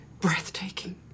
breathtaking